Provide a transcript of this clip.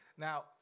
Now